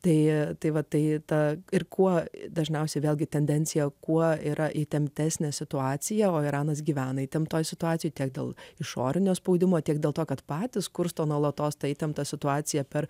tai tai va tai ta ir kuo dažniausiai vėlgi tendencija kuo yra įtemptesnė situacija o iranas gyvena įtemptoje situacijoje tiek daug išorinio spaudimo tiek dėl to kad patys kursto nuolatos tą įtemptą situaciją per